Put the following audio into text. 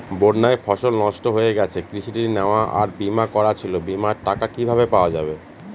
বন্যায় ফসল নষ্ট হয়ে গেছে কৃষি ঋণ নেওয়া আর বিমা করা ছিল বিমার টাকা কিভাবে পাওয়া যাবে?